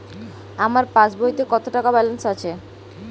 আমার পাসবইতে কত টাকা ব্যালান্স আছে?